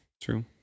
true